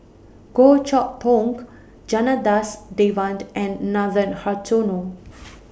Goh Chok Tong Janadas Devan and Nathan Hartono